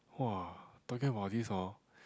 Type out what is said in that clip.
[wah] talking about this hor